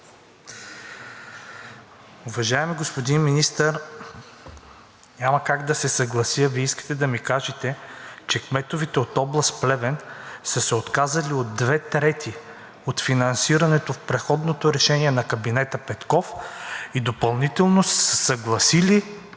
Уважаеми господин Министър, няма как да се съглася. Вие искате да ми кажете, че кметовете от област Плевен са се отказали от две трети от финансирането в предходното решение на кабинета Петков и допълнително са се съгласили